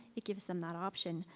it gives them that option,